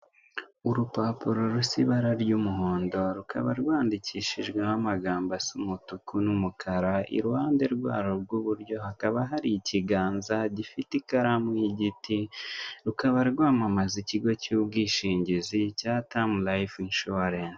Urupapuro rusa ibara ry'umuhondo, rukaba rwandikishijeho amagambo asa umutuku n'umukara, iruhande rwawo rw'iburyo hakaba hari ikiganza ikaramu y'igiti rukaba rwamamaza ikigo cy'ubwishingizi cya "prime insurance."